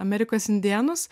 amerikos indėnus